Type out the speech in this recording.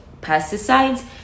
pesticides